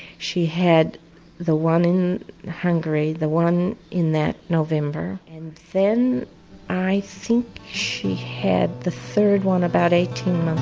she had the one in hungary, the one in that november. and then i think she had the third one about eighteen